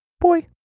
Boy